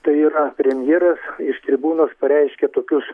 tai yra premjeras iš tribūnos pareiškė tokius